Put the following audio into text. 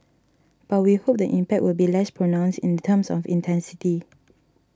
but we hope the impact will be less pronounced in terms of intensity